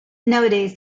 nowadays